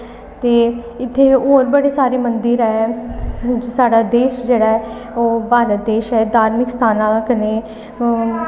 ते इत्थै होर बड़े सारे मंदिर हैन साढ़ा देश जेह्ड़ा ऐ ओह् भारत देश ऐ धार्मिक स्थानां दा कन्नै